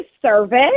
service